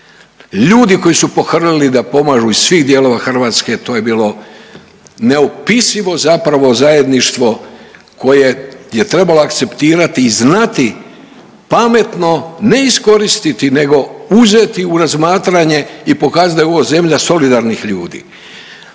Ljudi koji su pohrlili da pomažu iz svih dijelova Hrvatske to je bilo neopisivo zapravo zajedništvo koje je trebalo akceptirati i znati pametno ne iskoristiti nego uzeti u razmatranje i pokazati da je ovo zemlja solidarnih ljudi.